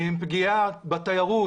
פגיעה בתיירות,